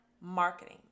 marketing